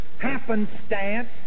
happenstance